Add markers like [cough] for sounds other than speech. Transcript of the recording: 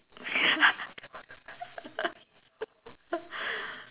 [laughs]